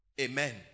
Amen